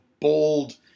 bold